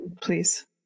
Please